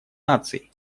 наций